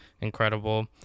incredible